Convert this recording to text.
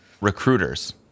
recruiters